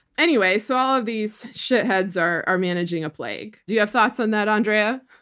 anyway, so all of these shit-heads are are managing a plague. do you have thoughts on that, andrea?